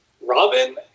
Robin